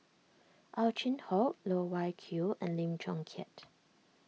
Ow Chin Hock Loh Wai Kiew and Lim Chong Keat